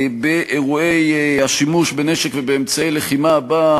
שבוודאי המשטרה באופן כללי נלחמת בתופעה